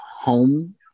home